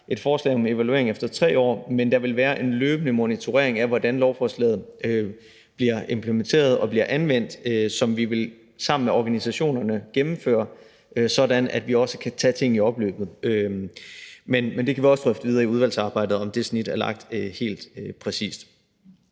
et forslag om en evaluering efter 3 år, men der vil være en løbende monitorering af, hvordan lovforslaget bliver implementeret og bliver anvendt, som vi sammen med organisationerne vil gennemføre, sådan at vi også kan tage ting i opløbet. Men vi kan også drøfte videre i udvalgsarbejdet, om det snit er lagt helt præcist.